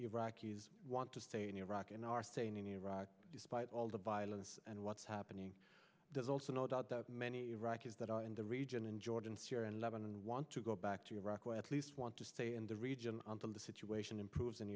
iraqis want to stay in iraq and are staying in iraq despite all the violence and what's happening there's also no doubt that many iraqis that are in the region in jordan syria and lebanon want to go back to iraq where at least want to stay in the region until the situation improves in